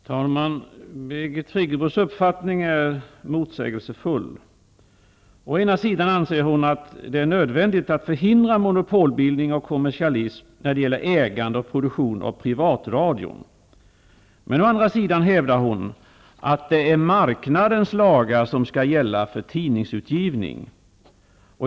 Herr talman! Birgit Friggebos uppfattning är motsägelsefull. Å ena sidan anser hon att det är nödvändigt att förhindra monopolbildning och kommersialism när det gäller ägande och produktion av privatradion. Å andra sidan hävdar hon att det är marknadens lagar som skall gälla för tidningsutgivningen.